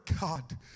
God